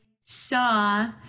saw